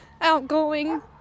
outgoing